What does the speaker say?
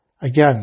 Again